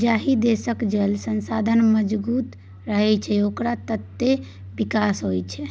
जाहि देशक जल संसाधन मजगूत रहतै ओकर ततबे विकास हेतै